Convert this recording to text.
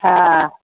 हा